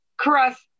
Crust